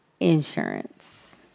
Insurance